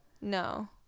No